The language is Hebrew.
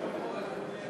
גברתי,